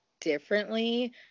differently